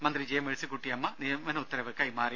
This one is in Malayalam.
മന്ത്രി ജെ മേഴ്സികുട്ടിയമ്മ നിയമന ഉത്തരവ് കൈമാറി